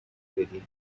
بدی